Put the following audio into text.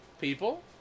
people